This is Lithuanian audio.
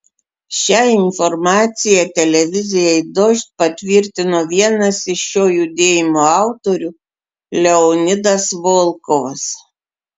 šią informaciją televizijai dožd patvirtino vienas iš šio judėjimo autorių leonidas volkovas